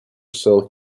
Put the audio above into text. cell